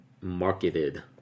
marketed